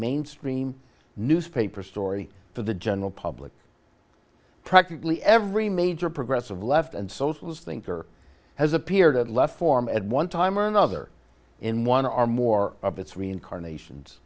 mainstream newspaper story for the general public practically every major progressive left and socialist thinker has appeared at left form at one time or another in one or more of its reincarnations